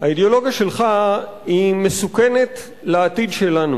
האידיאולוגיה שלך הוא מסוכנת לעתיד שלנו.